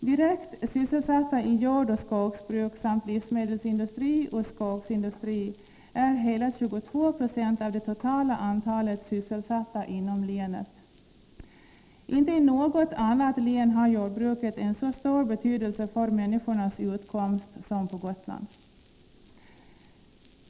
Hela 22 96 av det totala antalet sysselsatta inom länet är direkt sysselsatta inom jordoch skogsbruk samt inom livsmedelsindustri och skogsindustri. Inte i något annat län har jordbruket en så stor betydelse för människornas utkomst som på Gotland.